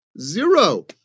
Zero